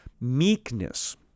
Meekness